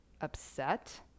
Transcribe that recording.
upset